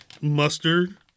mustard